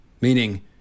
Meaning